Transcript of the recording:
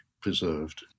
preserved